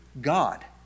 God